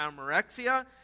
anorexia